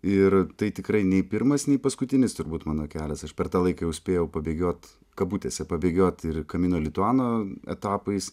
ir tai tikrai nei pirmas nei paskutinis turbūt mano kelias aš per tą laiką jau spėjau pabėgiot kabutėse pabėgiot ir camino lituano etapais